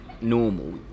normal